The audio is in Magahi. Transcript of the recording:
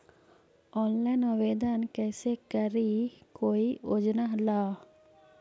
ऑनलाइन आवेदन कैसे करी कोई योजना ला?